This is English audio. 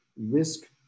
risk